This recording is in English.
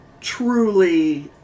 truly